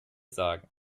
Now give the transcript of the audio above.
sagen